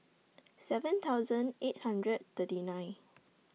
seven thousand eight hundred thirty nine